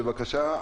בבקשה,